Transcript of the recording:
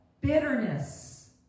bitterness